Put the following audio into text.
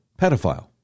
pedophile